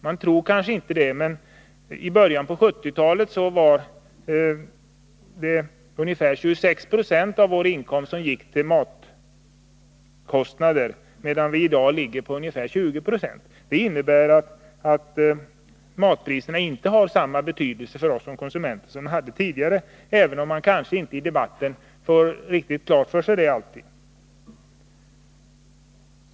Man tror kanske inte det, men i början av 1970-talet var det ungefär 26 26 av våra inkomster som gick till matkostnader, medan vii dag ligger på ungefär 20 26. Det innebär att matpriserna inte har samma betydelse för oss som konsumenter som de hade tidigare, även om man kanske i debatten inte har det riktigt klart för sig.